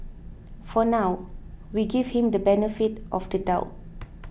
for now we give him the benefit of the doubt